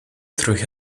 through